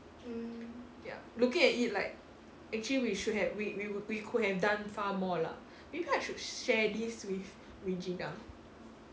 ya looking at it like actually we should have we we we we could have done far more lah maybe I should share this with regina